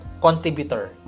contributor